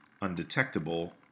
undetectable